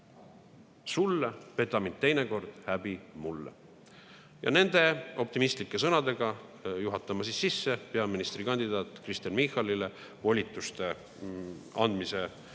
sulle, peta mind teine kord – häbi mulle. Nende optimistlike sõnadega juhatan ma sisse peaministrikandidaat Kristen Michalile volituste andmise arutelu